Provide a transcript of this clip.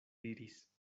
diris